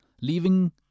leaving